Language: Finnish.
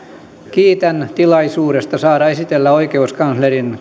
kiitän tilaisuudesta saada esitellä oikeuskanslerin